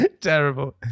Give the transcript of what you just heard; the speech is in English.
terrible